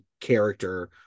character